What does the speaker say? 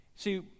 See